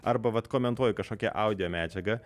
arba vat komentuoju kažkokią audio medžiagą